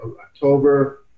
October